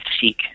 seek